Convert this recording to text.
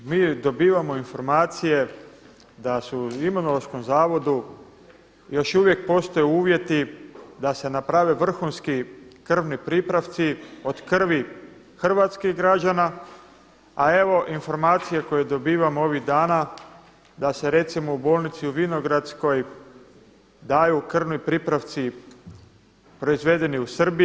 Mi dobivamo informacije da su u Imunološkom zavodu još uvijek postoje uvjeti da se naprave vrhunski krvni pripravci od krvi hrvatskih građana, a evo informacije koje dobivamo ovih dana da se recimo u bolnici u Vinogradskoj daju krvni pripravci proizvedeni u Srbiji.